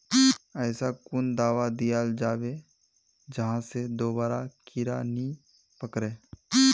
ऐसा कुन दाबा दियाल जाबे जहा से दोबारा कीड़ा नी पकड़े?